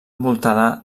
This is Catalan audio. envoltada